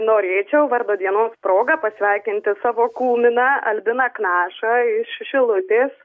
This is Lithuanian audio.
norėčiau vardo dienos proga pasveikinti savo kūminą albiną knašą iš šilutės